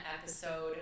episode